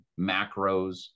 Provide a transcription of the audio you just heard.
macros